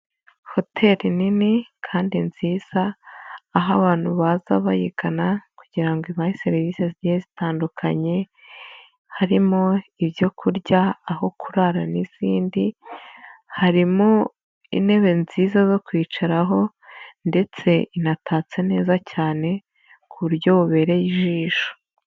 Hoteri nini kandi nziza, aho abantu baza bayigana kugira ngo ibahe serivisi zigiye zitandukanye, harimo ibyo kurya, aho kurara n'izindi. Harimo intebe nziza zo kwicaraho ndetse inatatse neza cyane ku buryo bubereye ijisho.